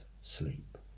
sleep